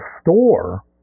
store